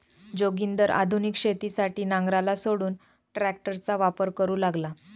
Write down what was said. जोगिंदर आधुनिक शेतीसाठी नांगराला सोडून ट्रॅक्टरचा वापर करू लागला